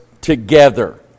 together